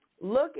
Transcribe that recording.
Look